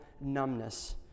numbness